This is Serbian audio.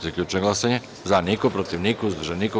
Zaključujem glasanje: za – niko, protiv – niko, uzdržanih – nema.